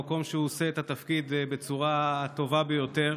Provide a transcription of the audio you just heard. המקום שבו הוא עושה את התפקיד בצורה הטובה ביותר,